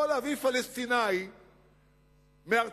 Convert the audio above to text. יכול להביא, פלסטיני מארצות-הברית,